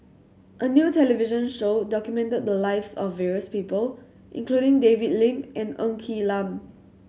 a new television show documented the lives of various people including David Lim and Ng Quee Lam